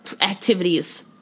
activities